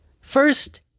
First